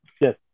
Yes